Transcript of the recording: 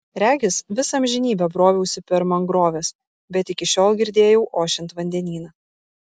regis visą amžinybę broviausi per mangroves bet iki šiol girdėjau ošiant vandenyną